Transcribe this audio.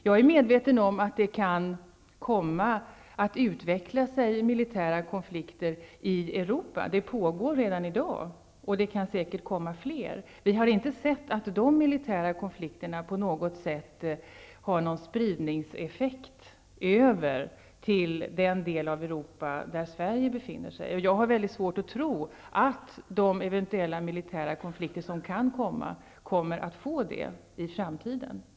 Jag är medveten om att militära konflikter kan utvecklas i Europa. De pågår redan i dag, och det kan säkert komma fler. Vi har inte sett att de militära konflikterna på något sätt har någon spridningseffekt, dvs. sprids över till den del av Europa där Sverige befinner sig. Jag har mycket svårt att tro att eventuella militära konflikter kan komma att få den effekten i framtiden.